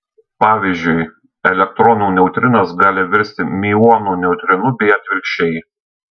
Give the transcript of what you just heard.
pavyzdžiui elektronų neutrinas gali virsti miuonų neutrinu bei atvirkščiai